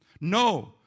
No